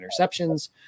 interceptions